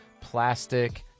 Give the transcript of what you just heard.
plastic